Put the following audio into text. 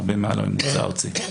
הרבה מעל הממוצע הארצי.